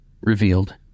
revealed